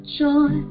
joy